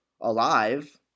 alive